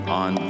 on